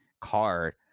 card